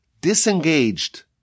disengaged